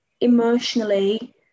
emotionally